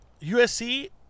USC